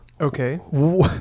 okay